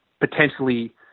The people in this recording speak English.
potentially